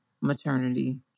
maternity